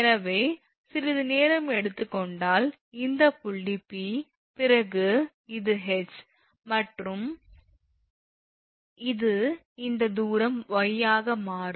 எனவே சிறிது நேரம் எடுத்துக் கொண்டால் இந்த புள்ளி 𝑃 பிறகு இது 𝐻 இது இந்த தூரம் y ஆக மாறும்